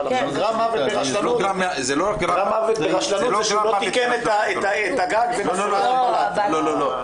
אבל גרם מוות ברשלנות זה שהוא לא תיקן את הגג ונפלה בלטה.